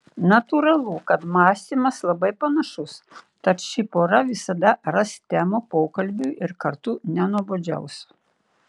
natūralu kad mąstymas labai panašus tad ši pora visada ras temų pokalbiui ir kartu nenuobodžiaus